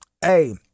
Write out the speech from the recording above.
hey